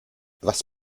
was